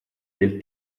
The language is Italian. del